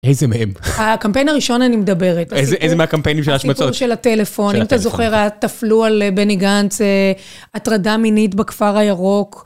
איזה מהם? הקמפיין הראשון אני מדברת. איזה מהקמפיינים של השמצות? הסיפור של הטלפון, אם אתה זוכר, תפרו על בני גאנץ, הטרדה מינית בכפר הירוק.